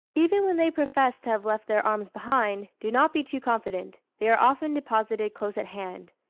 even when they profess to have left their arms behind, do not be too confident they are often deposited close at hand.